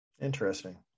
interesting